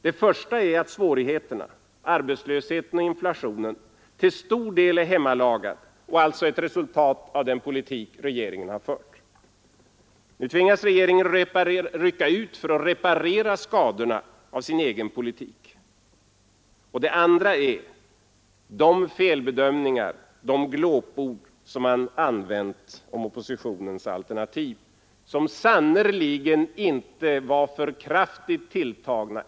Det första är att svårigheterna — arbetslösheten och inflationen — till stor del är hemlagade och alltså ett resultat av den politik regeringen har fört. Nu tvingas regeringen rycka ut för att reparera skadorna av sin egen politik. Det andra är de felbedömningar, de glåpord som man använt om oppositionens alternativ, som sannerligen inte var för kraftigt tilltagna.